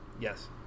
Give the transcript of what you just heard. Yes